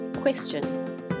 Question